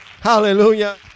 Hallelujah